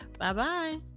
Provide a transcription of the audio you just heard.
Bye-bye